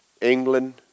England